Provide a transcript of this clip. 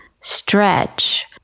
stretch